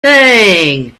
thing